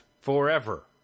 forever